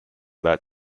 that